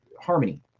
harmony